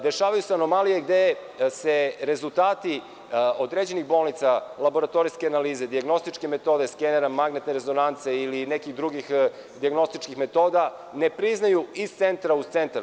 Dešavaju se anomalije gde se rezultati određenih bolnica, laboratorijske analize, dijagnostičke metode skenera, magnetne rezonance ili nekih drugih dijagnostičkih metoda ne priznaju iz centra u centar.